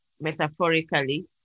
metaphorically